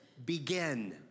Begin